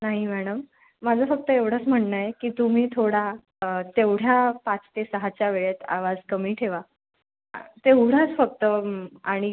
नाही मॅडम माझं फक्त एवढंच म्हणणं आहे की तुम्ही थोडा तेवढ्या पाच ते सहाच्या वेळेत आवाज कमी ठेवा तेवढाच फक्त आणि